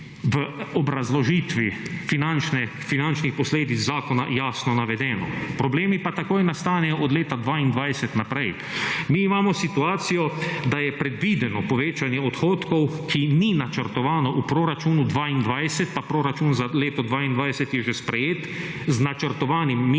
v obrazložitvi finančnih posledic zakona jasno navedeno. Problemi pa takoj nastanejo od leta 2022 naprej. **13. TRAK: (ŠZ) – 15.00** (nadaljevanje) Mi imamo situacijo, da je predvideno povečanje odhodkov, ki ni načrtovano v proračunu 2022, pa proračun za leto 2022 je že sprejet, z načrtovanim minusom